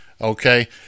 okay